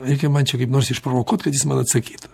reikia man čia kaip nors išprovokuot kad jis man atsakytų